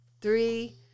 three